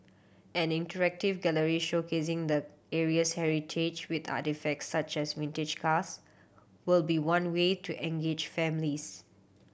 an interactive gallery showcasing the area's heritage with artefacts such as vintage cars will be one way to engage families